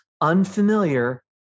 unfamiliar